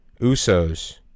USOs